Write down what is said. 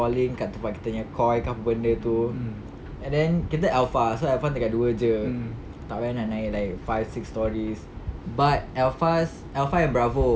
fall in kat tempat kita punya coy apa benda tu and then kita alpha so alpha tingkat dua jer tak payah nak naik like five six storeys but alpha alpha and bravo